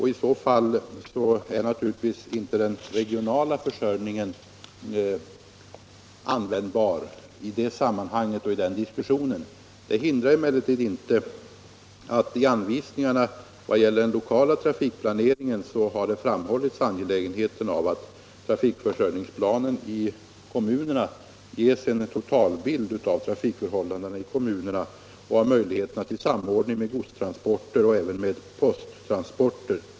I så fall är naturligtvis inte den regionala försörjningen användbar som argument i diskussionen. I anvisningarna vad gäller den lokala trafikplaneringen har emellertid framhållits angelägenheten av att trafikförsörjningsplanerna i kommunerna ger en totalbild av trafikförhållandena i kommunerna och av möjligheterna till samordning med godstrafiken och även posttrafiken.